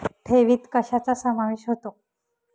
ठेवीत कशाचा समावेश होतो?